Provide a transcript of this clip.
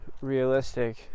realistic